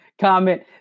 comment